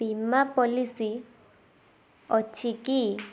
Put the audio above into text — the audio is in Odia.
ବୀମା ପଲିସି ଅଛି କି